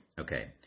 Okay